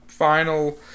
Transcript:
final